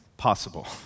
Possible